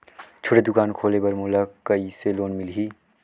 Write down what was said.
छोटे दुकान खोले बर मोला कइसे लोन मिलही?